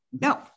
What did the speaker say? No